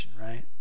Right